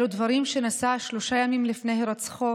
אלו דברים שנשא שלושה ימים לפני הירצחו